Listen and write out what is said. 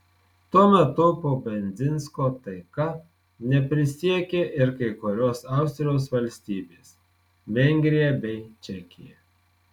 tuo metu po bendzinsko taika neprisiekė ir kai kurios austrijos valstybės vengrija bei čekija